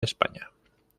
españa